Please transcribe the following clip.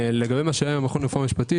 לגבי מה שהיה עם המכון לרפואה משפטית,